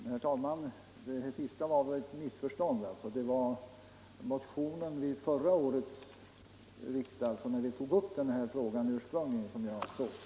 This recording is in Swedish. Herr talman! Det sista var väl ett missförstånd. Det var i min motion till förra årets riksdag som jag ursprungligen tog upp den frågan, och det var detta jag avsåg.